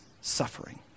suffering